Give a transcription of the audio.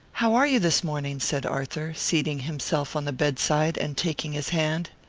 how are you this morning? said arthur, seating himself on the bedside, and taking his hand.